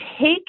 take